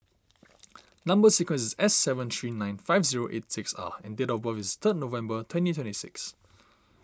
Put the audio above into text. Number Sequence is S seven three nine five zero eight six R and date of birth is third November twenty twenty six